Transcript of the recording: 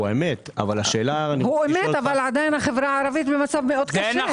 הוא אמת ועדיין החברה הערבית במצב מאוד קשה.